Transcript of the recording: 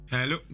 Hello